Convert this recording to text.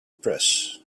press